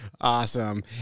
Awesome